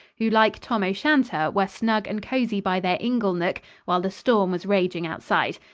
who, like tam-o'-shanter, were snug and cozy by their inglenook while the storm was raging outside.